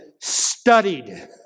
studied